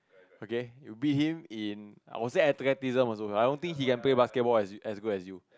okay you beat him in I will say athleticism also I don't think he can play basketball as as good as you